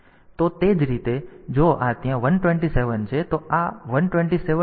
તો તે જ રીતે જો આ ત્યાં 127 છે તો આ 127 નંબર છે આ 115 છે